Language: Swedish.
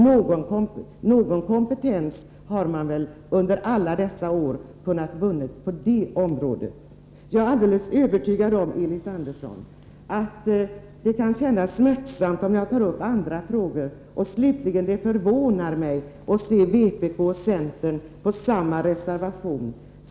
Någon kompetens har man väl under alla dessa år vunnit på det här området. Jag har full förståelse, Elis Andersson, för att det kan kännas smärtsamt om jag tar upp andra frågor. Slutligen förvånar det mig att se centern och vpk på samma reservation.